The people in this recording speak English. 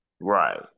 Right